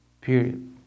period